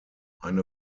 eine